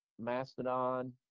Mastodon